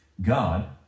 God